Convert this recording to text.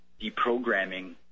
deprogramming